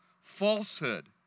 falsehood